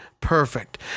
perfect